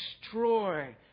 destroy